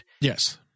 Yes